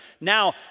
Now